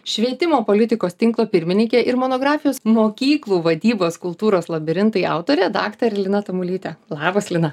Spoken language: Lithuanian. švietimo politikos tinklo pirmininkė ir monografijos mokyklų vadybos kultūros labirintai autorė daktarė lina tamulytė labas lina